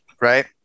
right